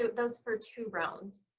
was for two rounds,